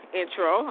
intro